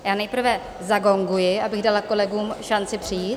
Já nejprve zagonguji, abych dala kolegům šanci přijít.